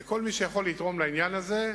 כל מי שיכול לתרום לעניין הזה,